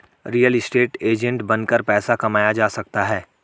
real estate agent बनकर पैसा कमाया जा सकता है